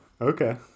Okay